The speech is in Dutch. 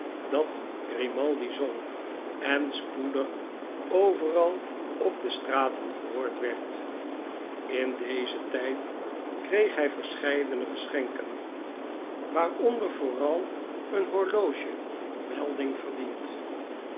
dat grimaldi zong en spoedig overal op de straten gehoord werd in dezen tijd kreeg hij verscheidene geschenken waaronder vooral een horloge melding verdient